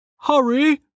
Hurry